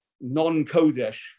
non-Kodesh